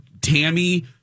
Tammy